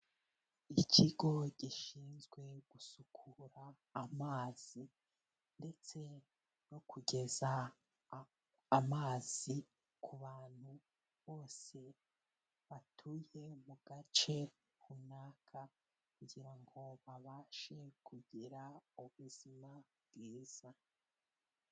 Ikigo gishinzwe gusukura amazi ndetse no kugeza amazi ku bantu bose batuye mu gace runaka, kugirango babashe kugira ubuzima bwiza.